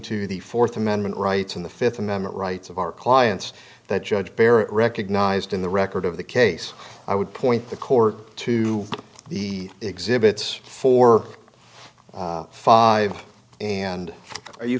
to the fourth amendment rights in the fifth amendment rights of our clients that judge perry recognized in the record of the case i would point the court to the exhibits four five and are you